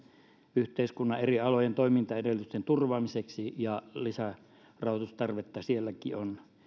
yhteiskunnan eri alojen toimintaedellytysten turvaamiseksi ja lisärahoitustarvetta sielläkin on